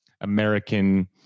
american